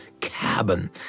cabin